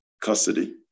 custody